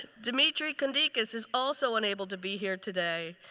demetri kondikas is also unable to be here today,